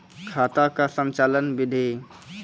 खाता का संचालन बिधि?